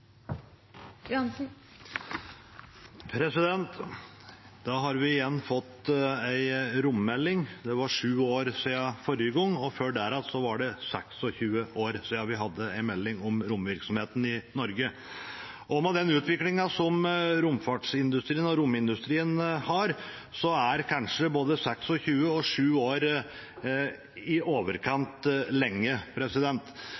om stortingsmeldinga. Da har vi igjen fått en rommelding. Det er 7 år siden forrige gang, og før der igjen var det 26 år siden vi hadde en melding om romvirksomheten i Norge. Og med den utviklingen romfartsindustrien har, er kanskje både 26 år og 7 år i